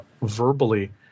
verbally